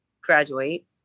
graduate